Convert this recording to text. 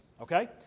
Okay